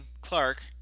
Clark